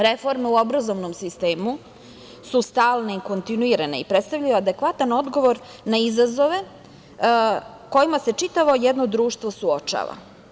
Reforme u obrazovnom sistemu su stalne i kontinuirane i predstavljaju adekvatan odgovor na izazove kojima se čitavo jedno društvo suočava.